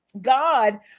God